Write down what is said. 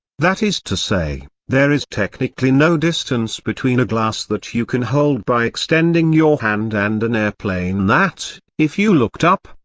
that is to say, there is technically no distance between a glass that you can hold by extending your hand and an airplane that, if you looked up,